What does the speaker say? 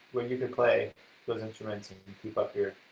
where you could play those instruments and keep up your